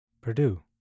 Purdue